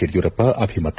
ಯಡಿಯೂರಪ್ಪ ಅಭಿಮತ